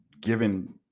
given